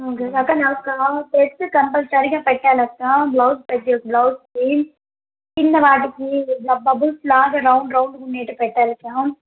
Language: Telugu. అక్కా నాకు టెస్ట్ కంపల్సరీగా పెట్టాలక్కా బ్లౌజ్ పెట్టి బ్లౌజ్కి కింద వాటికి ఇ బబుల్స్ ఫ్లవర్స్గా రౌండ్ రౌండ్ ఉండేటట్టు పెట్టాలక్కా